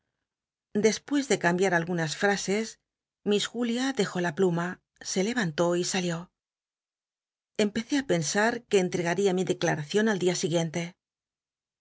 despues de cambiar algunas frases miss julia dejó la pluma se leranló y salió empecé i pensa que enttegaria mi declaracion al día siguiente